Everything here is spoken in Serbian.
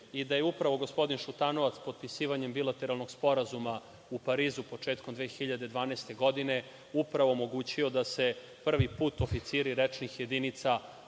i da je upravo gospodin Šutanovac, potpisivanjem bilateralnog sporazuma u Parizu, početkom 2012. godine, omogućio da se prvi put oficiri rečnih jedinica